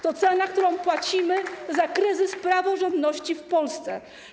To cena, którą płacimy za kryzys praworządności w Polsce.